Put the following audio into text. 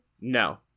no